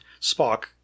Spock